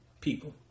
people